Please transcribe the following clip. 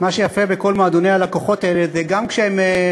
מה שיפה בכל מועדוני הלקוחות האלה זה שגם כשהם,